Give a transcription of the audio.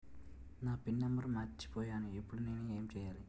నా pin number మర్చిపోయాను ఇప్పుడు నేను ఎంచేయాలి?